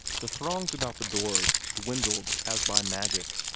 the throngs about the doors dwindled as by magic,